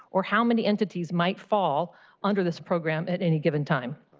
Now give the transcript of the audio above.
or how many entities might fall under this program at any given time.